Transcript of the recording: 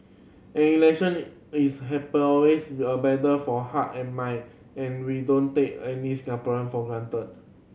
an election is happen always with a battle for heart and mind and we don't take any Singaporean for granted